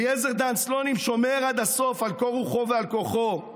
אליעזר דן סלונים שומר על קור רוחו ועל כוחו עד הסוף,